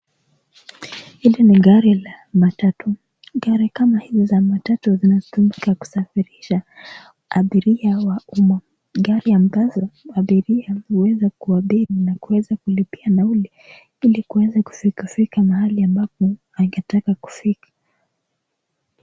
Hili ni gari la matatu. Gari kama hizi za matatu zinatumika kusafirisha abiria wa umma. Gari ambavyo abiria huweza kuabiri na kuweza kulipia nauli ili kuweza kufika mahali ambapo angetaka kufika.